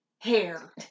hair